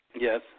yes